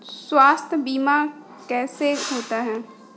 स्वास्थ्य बीमा कैसे होता है?